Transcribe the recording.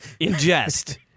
Ingest